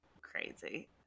crazy